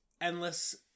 endless